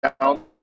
down